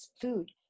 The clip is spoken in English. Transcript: food